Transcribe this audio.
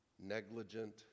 negligent